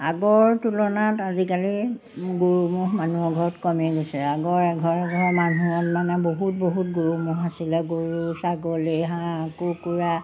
আগৰ তুলনাত আজিকালি গৰু ম'হ মানুহ ঘৰত কমি গৈছে আগৰ এঘৰ ঘৰৰ মানুহৰ মানে বহুত বহুত গৰু ম'হ আছিলে গৰু ছাগলী হাঁহ কুকুৰা